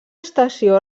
estació